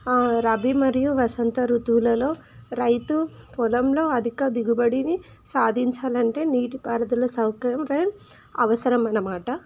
రబీ మరియు వసంత ఋతువులలో రైతు పొలంలో అధిక దిగుబడిని సాధించాలి అంటే నీటి పారుదల సౌకర్యం అవసరం అన్నమాట